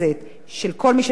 של כל מי שנוגע בדבר,